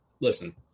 Listen